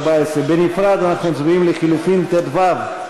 בנפרד אנחנו מצביעים: לחלופין ט"ו,